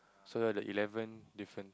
so that the eleven different